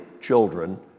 children